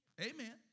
Amen